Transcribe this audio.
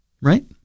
Right